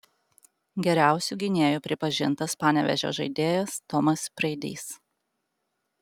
geriausiu gynėju pripažintas panevėžio žaidėjas tomas preidys